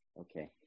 Okay